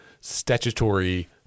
statutory